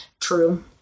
True